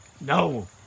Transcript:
No